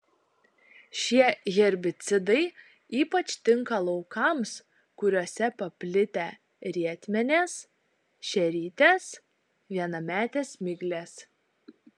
šie herbicidai ypač tinka laukams kuriuose paplitę rietmenės šerytės vienametės miglės